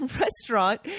restaurant